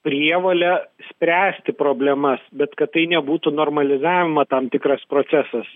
prievole spręsti problemas bet kad tai nebūtų normalizavimą tam tikras procesas